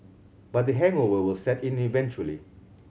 but the hangover will set in eventually